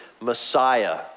Messiah